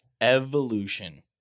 Evolution